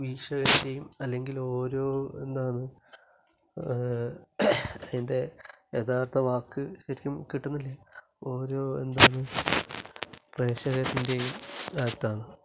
വീക്ഷകൻറ്റേയും അല്ലെങ്കിൽ ഓരോ എന്താന്ന് അതിൻ്റെ യഥാർത്ഥ വാക്ക് ശരിക്കും കിട്ടുന്നില്ല ഓരോ എന്താണ് പ്രേക്ഷകൻറ്റേയും അടുത്താന്ന്